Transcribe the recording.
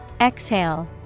Exhale